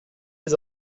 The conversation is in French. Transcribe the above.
les